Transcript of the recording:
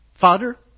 Father